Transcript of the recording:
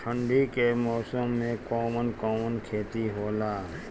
ठंडी के मौसम में कवन कवन खेती होला?